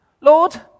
Lord